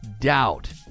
doubt